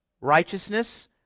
Righteousness